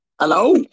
Hello